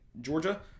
Georgia